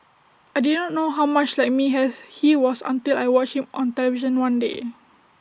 I did not know how much like me has he was until I watched him on television one day